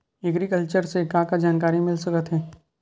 Agriculture से का का जानकारी मिल सकत हे?